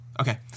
Okay